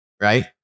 right